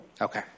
Okay